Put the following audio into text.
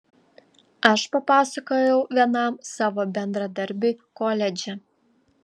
aš papasakojau vienam savo bendradarbiui koledže